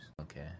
Okay